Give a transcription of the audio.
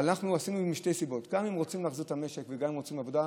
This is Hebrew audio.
אבל אנחנו עשינו משתי סיבות: אם רוצים להחזיר את המשק וגם רוצים עבודה,